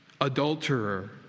adulterer